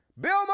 Bill